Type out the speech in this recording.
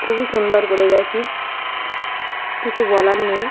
খুবই সুন্দর করে গেছি কিছু বলার নেই